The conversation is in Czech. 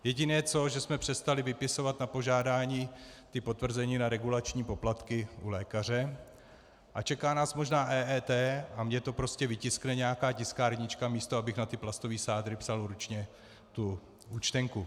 Jediné, že jsme přestali vypisovat na požádání potvrzení na regulační poplatky u lékaře a čeká nás možná EET a mně to prostě vytiskne nějaká tiskárnička, místo abych na ty plastové sádry psal ručně účtenku.